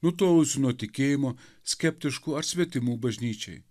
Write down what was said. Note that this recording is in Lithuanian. nutolusių nuo tikėjimo skeptiškų ar svetimų bažnyčiai